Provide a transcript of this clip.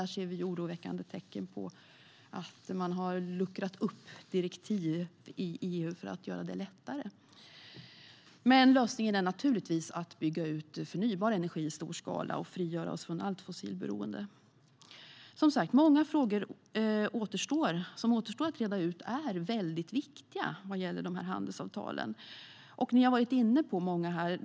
Där ser vi oroväckande tecken på att man har luckrat upp direktiv i EU för att göra det lättare. Men lösningen är naturligtvis att bygga ut förnybar energi i stor skala och frigöra oss från allt fossilberoende. Som sagt: Många frågor som återstår att reda ut vad gäller de här handelsavtalen är väldigt viktiga, och ni har varit inne på många här.